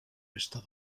resta